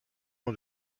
nom